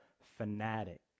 fanatic